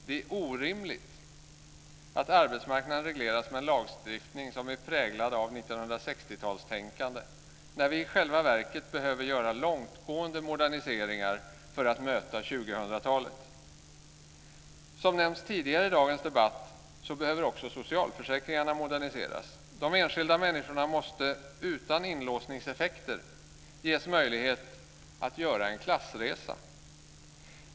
Det är orimligt att arbetsmarknaden regleras med en lagstiftning som är präglad av 1960 talstänkande när vi i själva verket behöver göra långtgående moderniseringar för att möta 2000-talet. Som nämnts tidigare i dagens debatt behöver också socialförsäkringarna moderniseras. De enskilda människorna måste utan inlåsningseffekter ges möjlighet att göra en klassresa.